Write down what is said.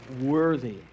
worthy